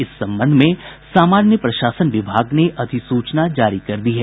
इस संबंध में सामान्य प्रशासन विभाग ने अधिसूचना जारी कर दी है